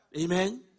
Amen